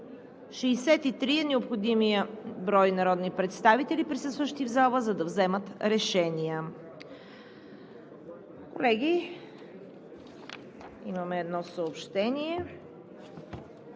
63 е необходимият брой народни представители, присъстващи в залата, за да вземат решения. Колеги, имаме едно съобщение: